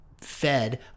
fed